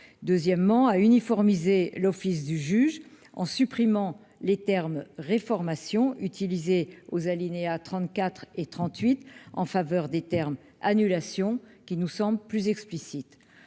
deuxièmement à uniformiser l'office du juge, en supprimant les termes reformation aux alinéas 34 et 38 en faveur des termes annulation qui nous semble plus explicite,